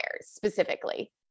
specifically